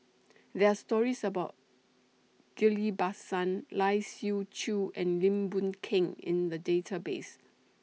There Are stories about Ghillie BaSan Lai Siu Chiu and Lim Boon Keng in The Database